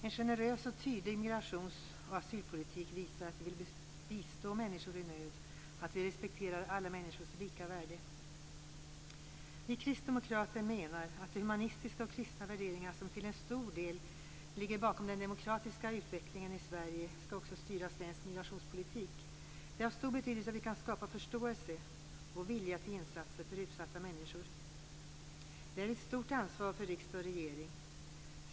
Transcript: En generös och tydlig migrations och asylpolitik visar att vi vill bistå människor i nöd, att vi respekterar alla människors lika värde. Vi kristdemokrater menar att de humanistiska och kristna värderingar som till stor del ligger bakom den demokratiska utvecklingen i Sverige också skall styra svensk migrationspolitik. Det är av stor betydelse att vi kan skapa förståelse för och vilja till insatser för utsatta människor. Det är ett stort ansvar för riksdag och regering.